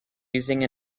using